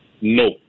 No